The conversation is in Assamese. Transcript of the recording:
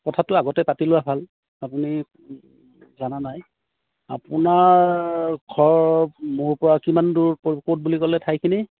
কথাটো আগতে পাতি লোৱা ভাল আপুনি জানে নাই আপোনাৰ ঘৰ মোৰ পৰা কিমান দূৰ ক'ত বুলি ক'লে ঠাইখিনি